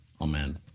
Amen